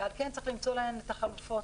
ועל כן צריך למצוא להם את החלופות.